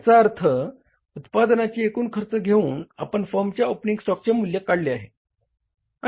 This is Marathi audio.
याचा अर्थ उत्पादनाची एकूण खर्च घेऊन आपण फर्मच्या ओपनिंग स्टॉकचे मूल्य काढले आहे